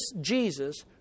Jesus